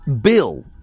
Bill